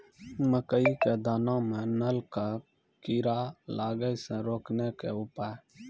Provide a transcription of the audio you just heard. मकई के दाना मां नल का कीड़ा लागे से रोकने के उपाय?